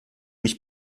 mich